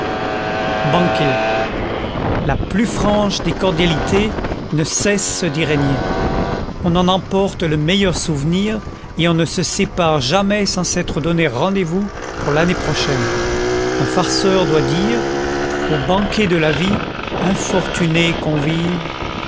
banquet la plus franche des cordialité ne cesse d'y régner on en emporte le meilleur souvenir et on ne se sépare jamais sans s'être donné rendez-vous pour l'année prochaine un farceur doit dire au banquet de la vie infortuné convive